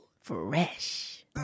Fresh